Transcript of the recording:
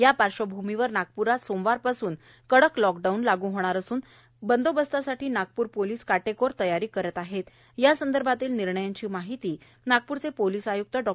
या पार्श्वभूमीवर नागप्रात सोमवारपासून कडक लॉकडाऊन लागू होणार असून बंदोबस्तासाठी नागप्र पोलिस काटेकोर तयारी करत असून यासंदर्भातील निर्णयांची माहिती नागपूरचे पोलिस आयुक्त डॉ